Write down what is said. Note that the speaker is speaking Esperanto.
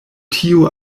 tio